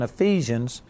Ephesians